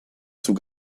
zur